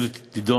בתמצית,